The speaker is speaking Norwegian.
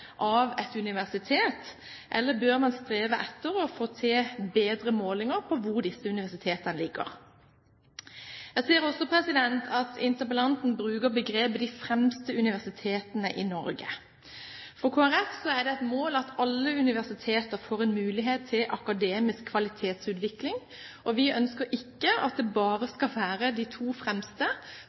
rangeringene et riktig bilde av et universitet, eller bør man strebe etter å få til bedre målinger etter hvor disse universitetene ligger? Jeg ser også at interpellanten bruker begrepet «våre fremste universiteter». For Kristelig Folkeparti er det et mål at alle universitetene får en mulighet til akademisk kvalitetsutvikling. Vi ønsker ikke at det bare skal være de to fremste